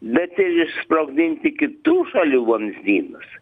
bet ir išsprogdinti kitų šalių vamzdynus